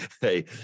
Hey